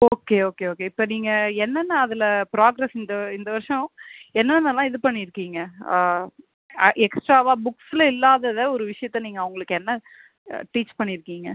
okay okay okay இப்போ நீங்கள் என்னென்ன அதில் ப்ராகிரஸ் இந்த இந்த வருஷம் என்னென்னலாம் இது பண்ணிருக்கீங்க எக்ஸ்ட்ராவாக புக்ஸில் இல்லாததை ஒரு விஷியத்தை நீங்கள் அவங்களுக்கு என்ன டீச் பண்ணிருக்கீங்க